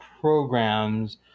programs